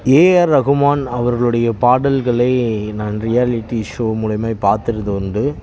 AR Rahman அவர்களுடைய பாடல்களை நான் ரியாலிட்டி ஷோ மூலியமாக பார்த்திறது உண்டு